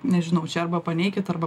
nežinau čia arba paneikit arba